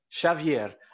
Xavier